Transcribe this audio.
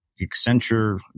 Accenture